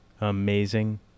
amazing